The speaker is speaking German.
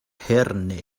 herne